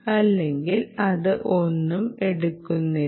അല്ലെങ്കിൽ അത് ഒന്നും എടുക്കുന്നില്ല